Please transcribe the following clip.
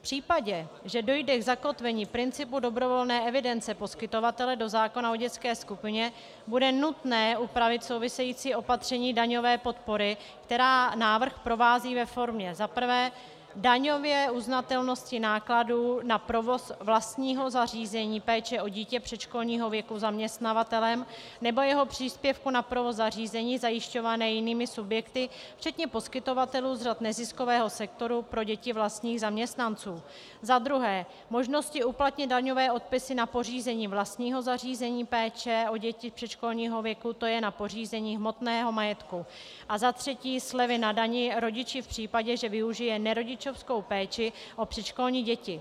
V případě, že dojde k zakotvení principu dobrovolné evidence poskytovatele do zákona o dětské skupině, bude nutné upravit související opatření daňové podpory, která návrh provází ve formě za prvé daňové uznatelnosti nákladů na provoz vlastního zařízení péče o dítě předškolního věku zaměstnavatelem nebo jeho příspěvku na provoz zařízení, zajišťované jinými subjekty, včetně poskytovatelů z řad neziskového sektoru, pro děti vlastních zaměstnanců , za druhé možnosti uplatnit daňové odpisy na pořízení vlastního zařízení péče o děti předškolního věku, tj. na pořízení hmotného majetku, a za třetí slevy na dani rodiči v případě, že využije nerodičovskou péči o předškolní děti.